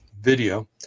video